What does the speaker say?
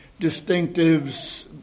distinctives